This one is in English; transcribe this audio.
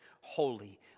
holy